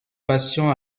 patients